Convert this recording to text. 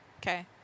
Okay